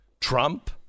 Trump